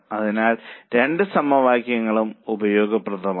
അതിനാൽ രണ്ട് സമവാക്യങ്ങളും ഉപയോഗപ്രദമാണ്